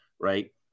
Right